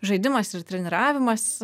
žaidimas ir treniravimas